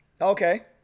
Okay